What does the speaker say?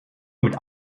mit